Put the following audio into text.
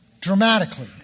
dramatically